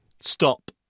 Stop